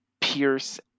Pierce